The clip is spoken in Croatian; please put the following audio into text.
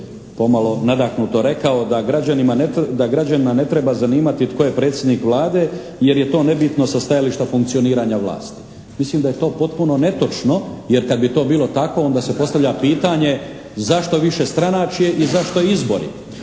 pomalo nadahnuto rekao da građanima ne treba zanimati tko je predsjednik Vlade jer je to nebitno sa stajališta funkcioniranja vlasti. Mislim da je to potpuno netočno jer kad bi to bilo tako, onda se postavlja pitanje zašto višestranačje i zašto izbori.